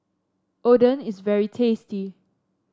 oden is very tasty